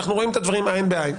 אנחנו רואים את הדברים עין בעין.